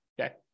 Okay